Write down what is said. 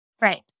Right